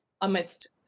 amidst